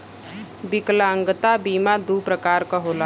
विकलागंता बीमा दू प्रकार क होला